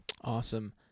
awesome